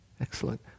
Excellent